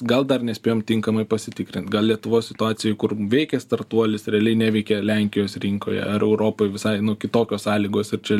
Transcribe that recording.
gal dar nespėjom tinkamai pasitikrint gal lietuvos situacijoj kur veikia startuolis realiai neveikia lenkijos rinkoje ar europoj visai nu kitokios sąlygos ir čia